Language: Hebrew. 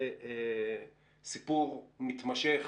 זה סיפור מתמשך